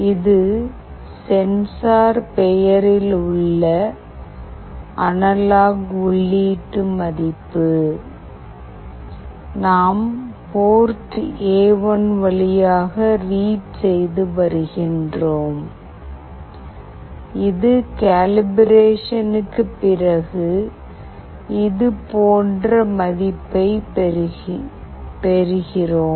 இது சென்சார் பெயரில் உள்ள அனலாக் உள்ளீட்டு மதிப்பு நாம் போர்ட் எ1 வழியாக ரீட் செய்து வருகிறோம் இது கேலிப்ரேஷனுக்கு பிறகு இது போன்ற மதிப்பை பெறுகிறோம்